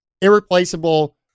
Irreplaceable